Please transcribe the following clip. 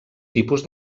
tipus